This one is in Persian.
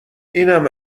اینم